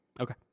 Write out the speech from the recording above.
Okay